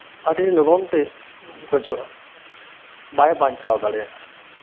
ᱟᱹᱰᱤ ᱞᱚᱜᱚᱱ ᱛᱮ ᱜᱚᱡᱚᱜ ᱟ ᱵᱟᱭ ᱵᱟᱧᱪᱟᱣ ᱫᱟᱲᱤᱭᱟᱜ ᱟ